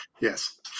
Yes